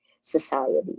society